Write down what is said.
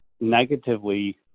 negatively